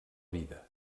vida